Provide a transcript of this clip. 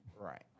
Right